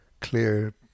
clear